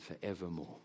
forevermore